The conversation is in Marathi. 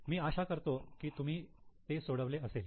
मी आशा करतो की तुम्ही ते सोडवले असेल